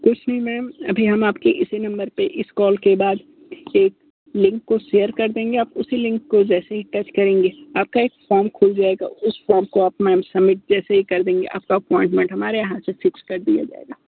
कुछ नहीं मैम अभी हम आप के इसी नंबर पर इस कॉल के बाद एक लिंक को शेयर कर देंगे आप उसी लिंक को जैसे ही टच करेंगे आप का एक फॉर्म खुल जाएगा उस फॉर्म को आप मैम सबमिट जैसे ही करे देंगे आप का अपॉइंटमेंट हमारे यहाँ से फिक्स कर दिया जाएगा